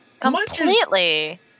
completely